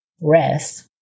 rest